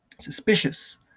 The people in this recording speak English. suspicious